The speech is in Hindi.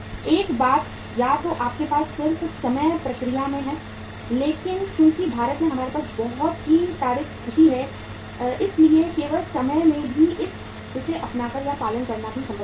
एक बात या तो आपके पास सिर्फ समय प्रक्रिया में है लेकिन चूंकि भारत में हमारे पास बहुत ही तार्किक स्थिति है इसलिए केवल समय में भी इसे अपनाना या पालन करना भी संभव नहीं है